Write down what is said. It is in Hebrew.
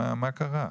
מה קרה?